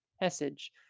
message